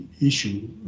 issue